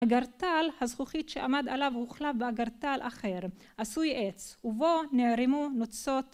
אגרטל הזכוכית שעמד עליו הוחלף באגרטל אחר, עשוי עץ, ובו נערמו נוצות